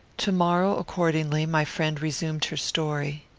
to-morrow, accordingly, my friend resumed her story.